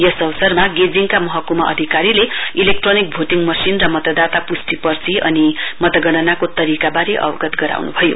यस अवसरमा गेजिङका महकुमा अधिकारीले इलेक्ट्रोनिक भोटिङ मशिन र मतदाता पुस्टि पर्ची अनि मतगणनाको तरीकावारे अवगत गराउनुभयो